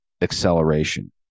acceleration